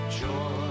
joy